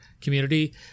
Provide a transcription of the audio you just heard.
community